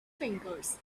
fingers